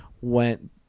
went